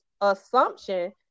assumption